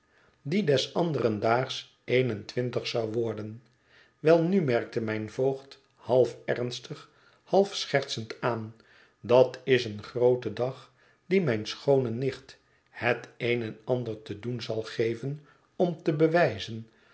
daags een en twintig zou worden welnu merkte mijn voogd half ernstig half schertsend aan dat is een groote dag die mijne schoone nicht het een en ander te doen zal geven om te bewijzen